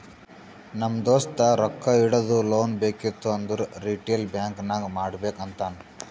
ನಮ್ ದೋಸ್ತ ರೊಕ್ಕಾ ಇಡದು, ಲೋನ್ ಬೇಕಿತ್ತು ಅಂದುರ್ ರಿಟೇಲ್ ಬ್ಯಾಂಕ್ ನಾಗೆ ಮಾಡ್ಬೇಕ್ ಅಂತಾನ್